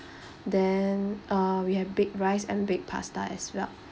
then uh we have baked rice and baked pasta as well